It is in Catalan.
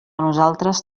nosaltres